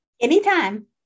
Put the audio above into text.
Anytime